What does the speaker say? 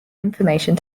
information